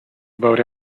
about